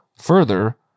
Further